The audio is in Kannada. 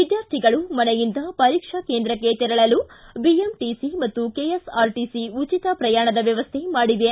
ವಿದ್ವಾರ್ಥಿಗಳು ಮನೆಯಿಂದ ಪರೀಕ್ಷಾ ಕೇಂದ್ರಕ್ಕೆ ತೆರಳಲು ಬಿಎಂಟಿಸಿ ಮತ್ತು ಕೆಎಸ್ಆರ್ಟು ಉಚಿತ ಪ್ರಯಾಣದ ವ್ದವಸ್ಥೆ ಮಾಡಿವೆ